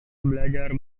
belajar